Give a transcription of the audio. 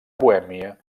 bohèmia